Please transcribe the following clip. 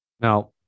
Now